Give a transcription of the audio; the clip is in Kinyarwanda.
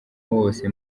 wose